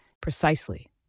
Precisely